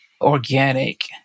organic